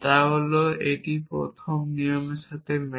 তা হল যে প্রথম নিয়মের সাথে মেলে